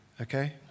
okay